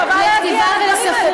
מי שיש כישרון בכתיבה ובספרות,